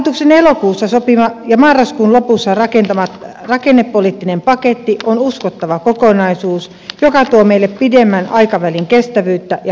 hallituksen elokuussa sopima ja marraskuun lopussa rakentama rakennepoliittinen paketti on uskottava kokonaisuus joka tuo meille pidemmän aikavälin kestävyyttä ja vaikuttavuutta